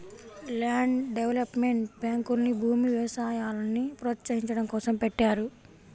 land development బ్యాంకుల్ని భూమి, వ్యవసాయాల్ని ప్రోత్సహించడం కోసం పెట్టారు